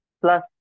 plus